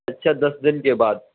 اچھا دس دن کے بعد